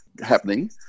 happening